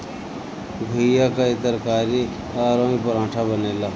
घुईया कअ तरकारी अउरी पराठा बनेला